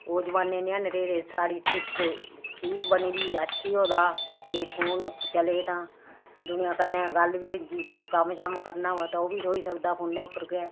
ओह् जमान्ने नी हैन रेह्दे साढ़ी सूरत ठीक बनी दी अच्छी होए दा ते फोन चले तां दुनियां कन्नै गल्ल बी होई जंदी कोई कम्म शम्म करना होऐ तां ओह् बी थ्होई सकदा फोनै उप्पर गै